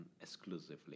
exclusively